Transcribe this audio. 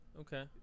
Okay